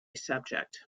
subject